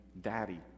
daddy